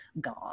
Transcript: god